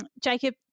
jacob